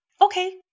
okay